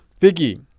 Vicky